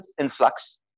influx